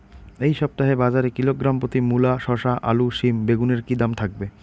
এই সপ্তাহে বাজারে কিলোগ্রাম প্রতি মূলা শসা আলু সিম বেগুনের কী দাম থাকবে?